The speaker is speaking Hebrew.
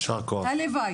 הלוואי.